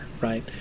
right